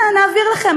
נעביר לכם,